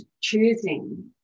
choosing